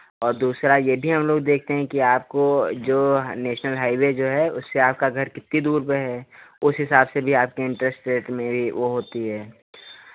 और दूसरा ये भी हम लोग देखते हैं कि आपको जो नेशनल हाइवे जो है उससे आपका घर कितनी दूर पे है उस हिसाब से भी आपके इन्टरेस्ट रेट में भी वो होती है